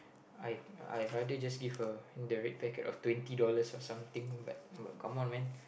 I I rather just give a the red packet of twenty dollars or something like what come on man